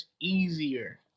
easier